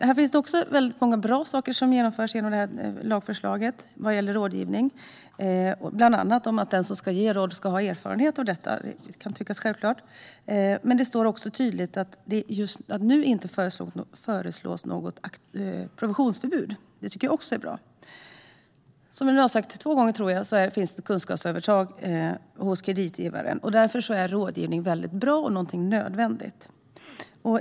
Många bra saker vad gäller rådgivning föreslås genomföras i detta lagförslag. Till exempel står att den som ger råd ska ha erfarenhet av detta, vilket kan tyckas självklart. Det står också tydligt att det just nu inte föreslås något provisionsförbud, vilket jag också tycker är bra. Som sagt har kreditgivaren ett kunskapsövertag. Därför är rådgivning någonting bra och nödvändigt.